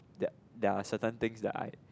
there there are certain things that I